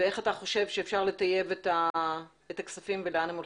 איך אתה חושב שאפשר לטייב את הכספים ולאן הם הולכים.